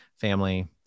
family